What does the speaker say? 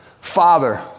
Father